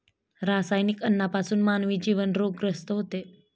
रासायनिक अन्नापासून मानवी जीवन रोगग्रस्त होते